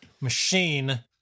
machine